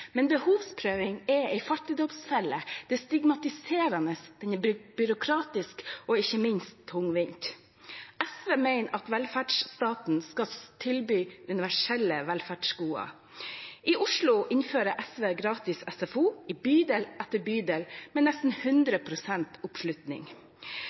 Men behovsprøving er en fattigdomsfelle. Det er stigmatiserende, det er byråkratisk, og det er ikke minst tungvint. SV mener at velferdsstaten skal tilby universelle velferdsgoder. I Oslo innfører SV gratis SFO i bydel etter bydel med nesten